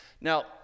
Now